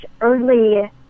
early